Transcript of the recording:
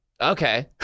Okay